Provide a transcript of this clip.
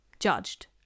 judged